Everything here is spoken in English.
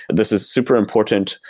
this is super important,